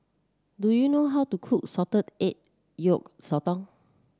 do you know how to cook Salted Egg Yolk Sotong